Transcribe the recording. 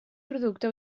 producte